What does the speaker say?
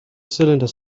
cylinder